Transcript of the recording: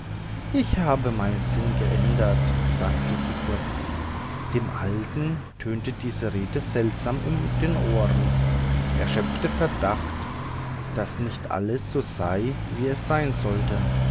ich habe meinen sinn geändert sagte sie kurz dem alten tönte diese rede seltsam in den ohren er schöpfte verdacht daß nicht alles so sei wie es sein sollte